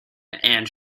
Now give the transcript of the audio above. and